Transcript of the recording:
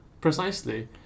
precisely